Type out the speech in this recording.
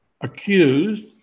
accused